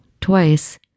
twice